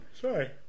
sorry